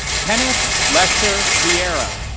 kenneth lester viera.